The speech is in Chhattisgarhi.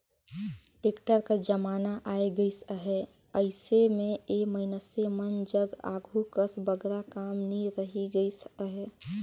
टेक्टर कर जमाना आए गइस अहे, अइसे मे ए मइनसे मन जग आघु कस बगरा काम नी रहि गइस अहे